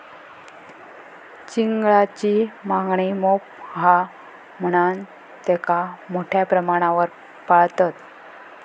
चिंगळांची मागणी मोप हा म्हणान तेंका मोठ्या प्रमाणावर पाळतत